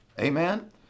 amen